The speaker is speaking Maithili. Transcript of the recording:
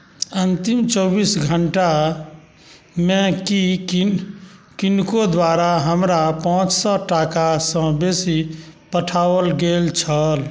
अन्तिम चौबीस घण्टामे की किनको द्वारा हमरा पाँच सए टाकासँ बेसी पठाओल गेल छल